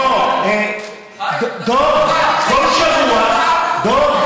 בוא, חיים, דב, כל שבוע, היום אני מגיש, דב,